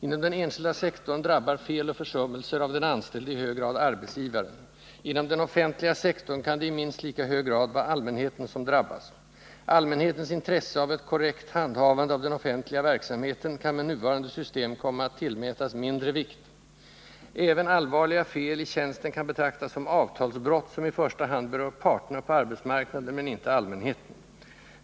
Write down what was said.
Inom den enskilda sektorn drabbar fel och försummelser av den anställde i hög grad arbetsgivaren. Inom den offentliga sektorn kan det i minst lika hög grad vara allmänheten som drabbas. Allmänhetens intresse av ett korrekt handhavande av den offentliga verksamheten kan med nuvarande system komma att tillmätas mindre vikt. Även allvarliga feli tjänsten kan betraktas som avtalsbrott, som i första hand berör parterna på arbetsmarknaden men inte allmänheten.